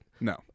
No